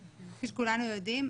כפי שכולנו יודעים,